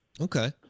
Okay